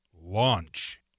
launch